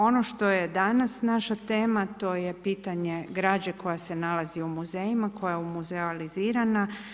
Ono što je danas naša tema, to je pitanje građe koja se nalazi u muzejima, koja je muzealizirana.